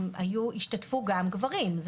השתתפו גם גברים.